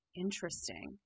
Interesting